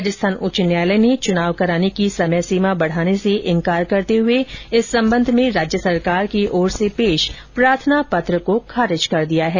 Rajasthan high court ने चुनाव कराने की समय सीमा बढ़ाने से इनकार करते हुए इस संबंध में राज्य सरकार की ओर से पेश प्रार्थना पत्र को खारिज कर दिया है